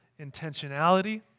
intentionality